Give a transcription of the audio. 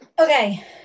Okay